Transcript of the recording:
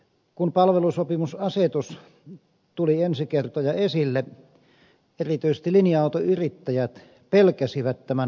kun palvelusopimusasetus tuli ensi kertoja esille erityisesti linja autoyrittäjät pelkäsivät tämän vaikutuksia